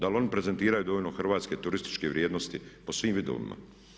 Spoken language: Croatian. Da li oni prezentiraju dovoljno hrvatske turističke vrijednosti po svim vidovima?